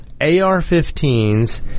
AR-15s